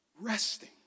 Resting